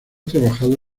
trabajado